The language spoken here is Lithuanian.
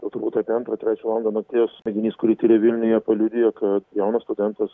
jau turbūt apie antrą trečią valandą nakties mėginys kurį tyrė vilniuje paliudijo kad jaunas studentas